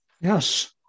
Yes